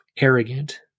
arrogant